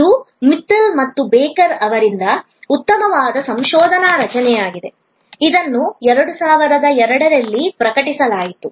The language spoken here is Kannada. ಇದು ಮಿತ್ತಲ್ ಮತ್ತು ಬೇಕರ್ ಅವರಿಂದ ಉತ್ತಮವಾದ ಸಂಶೋಧನಾ ರಚನೆಯಾಗಿದೆ ಇದನ್ನು 2002 ರಲ್ಲಿ ಪ್ರಕಟಿಸಲಾಯಿತು